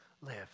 live